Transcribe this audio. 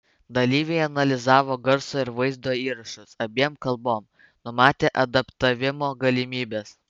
dalyviai analizavo garso ir vaizdo įrašus abiem kalbom numatė adaptavimo galimybes